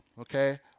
okay